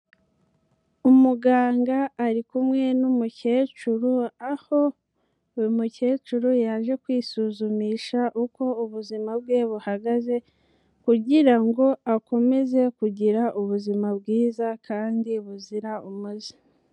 Umuganga ari kumwe n'umukecuru, aho uyu mukecuru yaje kwisuzumisha uko ubuzima bwe buhagaze, kugira ngo akomeze kugira ubuzima bwiza kandi buzira umuze.